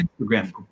Instagram